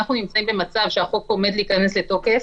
אלא שעכשיו אנחנו נמצאים במצב שהחוק עומד להיכנס לתוקף